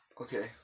Okay